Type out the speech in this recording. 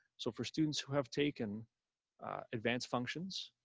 so for students who have taken advanced functions,